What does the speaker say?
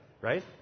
right